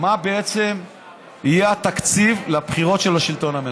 מה בעצם יהיה התקציב לבחירות של השלטון המקומי.